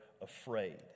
afraid